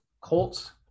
Colts